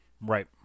right